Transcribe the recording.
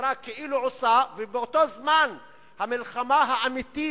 המשטרה כאילו עושה, ובאותו זמן למלחמה האמיתית,